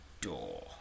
door